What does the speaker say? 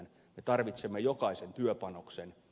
me tarvitsemme jokaisen työpanoksen